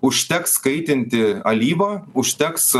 užteks kaitinti alyvą užteks